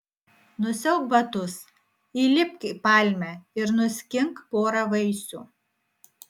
nusiauk batus įlipk į palmę ir nuskink porą vaisių